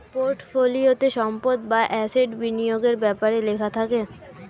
পোর্টফোলিওতে সম্পদ বা অ্যাসেট বিনিয়োগের ব্যাপারে লেখা থাকে